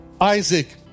Isaac